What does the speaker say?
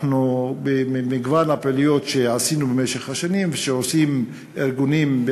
ובמגוון הפעילויות שעשינו במשך השנים ושעושים הארגונים,